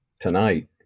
tonight